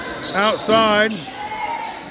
outside